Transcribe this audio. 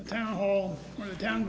the town hall down